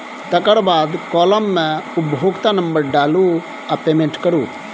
तकर बाद काँलम मे उपभोक्ता नंबर डालु आ पेमेंट करु